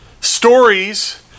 Stories